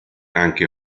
anche